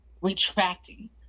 retracting